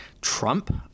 trump